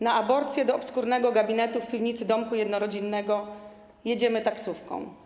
Na aborcję do obskurnego gabinetu w piwnicy domku jednorodzinnego jedziemy taksówką.